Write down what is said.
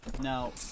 Now